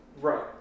right